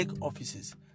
offices